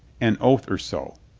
an oath or so.